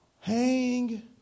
Hang